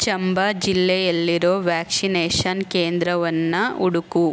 ಚಂಬ ಜಿಲ್ಲೆಯಲ್ಲಿರೋ ವ್ಯಾಕ್ಷಿನೇಶನ್ ಕೇಂದ್ರವನ್ನ ಹುಡುಕು